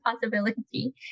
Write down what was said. possibility